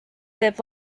teeb